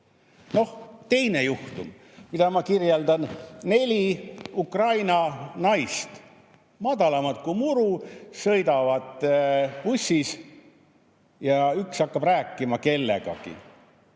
Nüüd teine juhtum, mida ma kirjeldan. Neli Ukraina naist, madalamad kui muru, sõidavad bussis ja üks hakkab telefonis rääkima kellegagi.